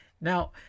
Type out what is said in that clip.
Now